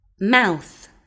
Mouth